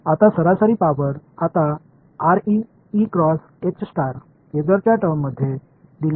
எனவே சராசரி சக்தி இப்போது பேஸர்களின் அடிப்படையில் கொடுக்கப்பட்டுள்ளது